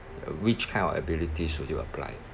uh which kind of abilities will you apply